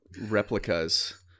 Replicas